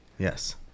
Yes